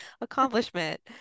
accomplishment